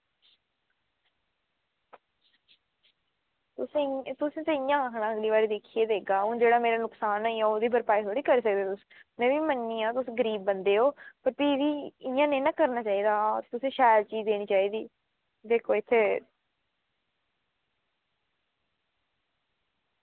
तुसें ते इंया आक्खना अगली बारी दिक्खियै देगा अंऊ ते अगर नुकसान होई जाह्ग ओह्दी भरपाई थोह्ड़ी करी सकदे तुस में मन्ननी आं कि तुस गरीब बंदे ओ ते भी बी इंया नना करना चाहिदा तुसें शैल चीज़ देनी चाहिदी बिल्कुल इत्थें